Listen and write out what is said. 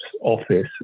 office